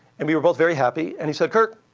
and we were both very happy. and he said, kirk,